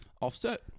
offset